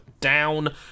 down